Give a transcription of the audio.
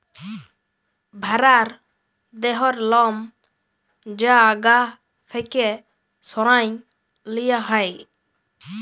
ভ্যারার দেহর লম যা গা থ্যাকে সরাঁয় লিয়া হ্যয়